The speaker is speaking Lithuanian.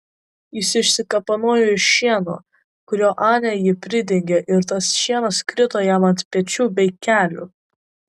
jis išsikapanojo iš šieno kuriuo anė jį pridengė ir tas šienas krito jam ant pečių bei kelių